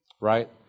right